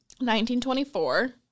1924